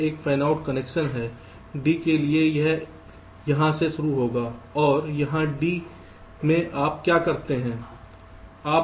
यह एक fanout connection है d के लिए यह यहाँ शुरू होगा और यहाँ d में आप क्या करते हैं